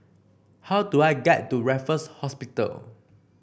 how do I get to Raffles Hospital